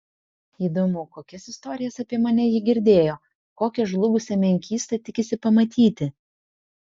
įdomu kokias istorijas apie mane ji girdėjo kokią žlugusią menkystą tikisi pamatyti